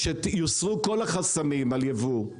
כשיוסרו כל החסמים על יבוא,